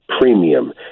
premium